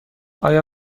آیا